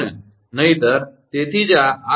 નહિંતર તેથી જ આ 𝑟 0